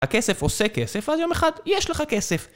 הכסף עושה כסף, אז יום אחד יש לך כסף.